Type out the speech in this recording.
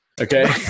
Okay